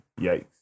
Yikes